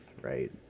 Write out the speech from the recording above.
right